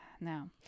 No